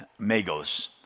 magos